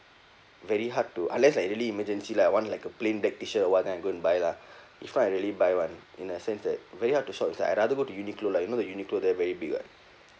very hard to unless like really emergency lah want like a plain black T shirt or what then I go and buy lah if not I really buy [one] in a sense that very hard to shop is that I rather go to Uniqlo lah you know the Uniqlo there very big [what]